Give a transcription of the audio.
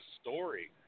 story